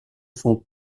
son